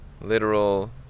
literal